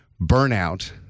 burnout